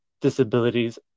disabilities